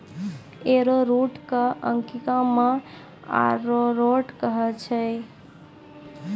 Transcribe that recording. arrowroot कॅ अंगिका मॅ अरारोट कहै छै